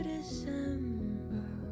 December